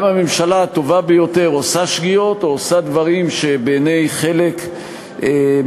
גם הממשלה הטובה ביותר עושה שגיאות או עושה דברים שבעיני חלק מן